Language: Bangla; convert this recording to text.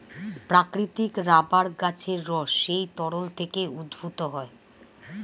প্রাকৃতিক রাবার গাছের রস সেই তরল থেকে উদ্ভূত হয়